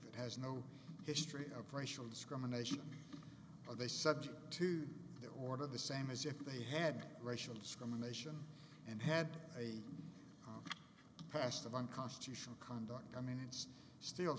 that has no history of racial discrimination are they subject to their order the same as if they had racial discrimination and had a past of unconstitutional conduct come in it's still